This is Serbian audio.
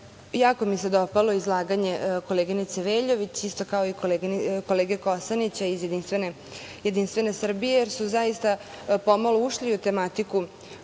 mi se dopalo izlaganje koleginice Veljović, isto kao i kolege Kosanića iz Jedinstvene Srbije, jer su zaista po malo ušli u tematiku